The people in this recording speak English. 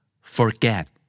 Forget